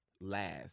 last